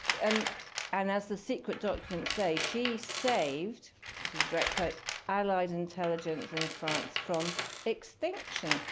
and and as the secret documents say, she saved this is a direct quote allied intelligence in france from extinction.